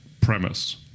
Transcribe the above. premise